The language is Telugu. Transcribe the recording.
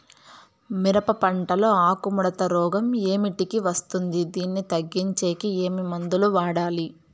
మిరప పంట లో ఆకు ముడత రోగం ఏమిటికి వస్తుంది, దీన్ని తగ్గించేకి ఏమి మందులు వాడాలి?